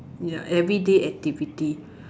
ya everyday activity